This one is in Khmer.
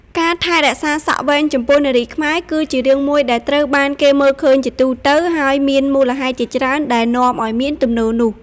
ការថែរក្សាសក់វែងចំពោះនារីខ្មែរ គឺជារឿងមួយដែលត្រូវបានគេមើលឃើញជាទូទៅ ហើយមានមូលហេតុជាច្រើនដែលនាំឲ្យមានទំនោរនេះ។